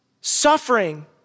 suffering